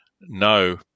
no